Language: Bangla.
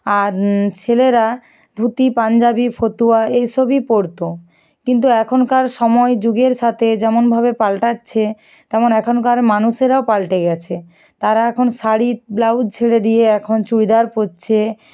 আর ছেলেরা ধুতি পাঞ্জাবি ফতুয়া এইসবই পরতো কিন্তু এখনকার সময়ে যুগের সাথে যেমনভাবে পাল্টাচ্ছে তেমন এখনকার মানুষেরাও পাল্টে গেছে তারা এখন শাড়ি ব্লাউজ ছেড়ে দিয়ে এখন চুড়িদার পরছে